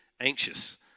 anxious